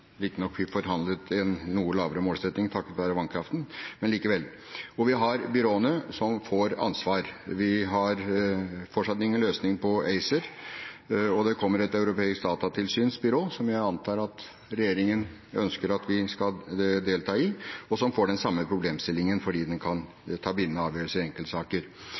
riktignok fikk forhandlet fram en noe lavere målsetting takket være vannkraften, men likevel – hvor vi har byråene som får ansvar. Vi har fortsatt ingen løsning på ACER. Og det kommer et europeisk datatilsynsbyrå, som jeg antar at regjeringen ønsker vi skal delta i, og som får den samme problemstillingen fordi det kan ta bindende avgjørelser i enkeltsaker.